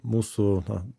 mūsų na